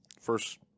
first